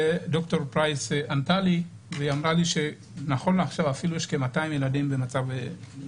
ד"ר פרייס ענתה לי שנכון לעכשיו יש קרוב ל-200 ילדים חולים,